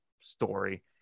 story